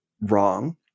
wrong